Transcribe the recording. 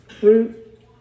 fruit